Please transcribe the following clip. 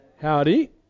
Howdy